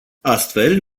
astfel